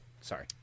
Sorry